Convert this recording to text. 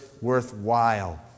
worthwhile